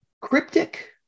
cryptic